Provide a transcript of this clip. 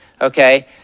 Okay